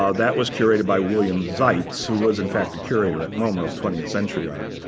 um that was curated by william seitz, who was, in fact, a curator at moma of twentieth century art,